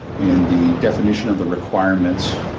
in the definition of the requirements,